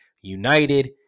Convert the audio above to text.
United